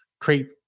create